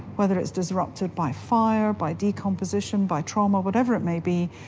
whether it's disrupted by fire, by decomposition, by trauma, whatever it may be,